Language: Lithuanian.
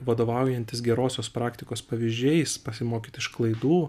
vadovaujantis gerosios praktikos pavyzdžiais pasimokyt iš klaidų